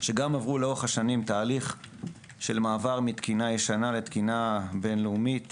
שעברו לאורך השנים תהליך של מעבר מתקינה ישנה לתקינה בינלאומית